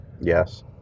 yes